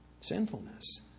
Sinfulness